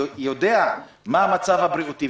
יודע מה המצב הבריאותי,